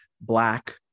black